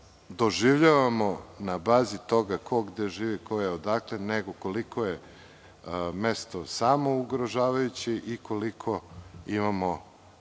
doživljavamo na bazi toga ko gde živi, ko je odakle, nego koliko je mesto samougrožavajuće i koliko imamo